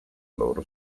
loro